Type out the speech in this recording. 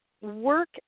work